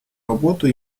работу